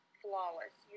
flawless